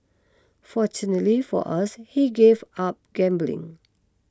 fortunately for us he gave up gambling